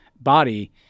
body